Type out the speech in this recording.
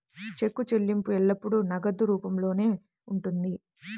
చెక్కు చెల్లింపు ఎల్లప్పుడూ నగదు రూపంలోనే ఉంటుంది